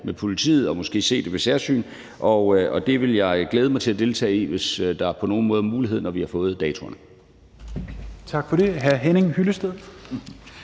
med politiet og måske se det ved selvsyn, og det vil jeg glæde mig til at deltage i, hvis der på nogen måde er mulighed for det, når vi har fået datoerne. Kl. 17:07 Fjerde